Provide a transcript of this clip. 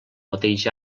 mateix